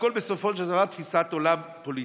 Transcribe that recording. הכול בסופו של דבר תפיסת עולם פוליטית.